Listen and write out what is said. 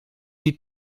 die